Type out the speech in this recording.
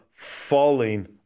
Falling